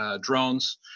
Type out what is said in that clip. drones